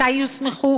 מתי יוסמכו,